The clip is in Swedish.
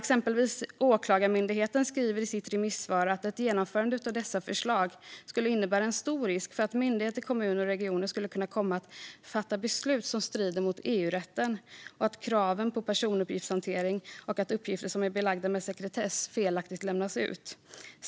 Exempelvis Åklagarmyndigheten skriver i sitt remissvar att ett genomförande av dessa förslag skulle innebära en stor risk för att myndigheter, kommuner och regioner kan komma att fatta beslut som strider mot EU-rätten och kraven på personuppgiftshantering och att uppgifter som är belagda med sekretess felaktigt lämnas ut.